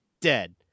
dead